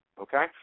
okay